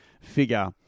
figure